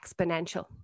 exponential